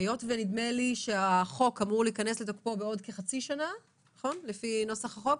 היות שנדמה לי שהחוק אמור להיכנס לתוקפו בעוד כחצי שנה לפי נוסח החוק,